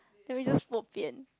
can we just bo pian